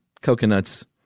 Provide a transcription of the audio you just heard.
coconuts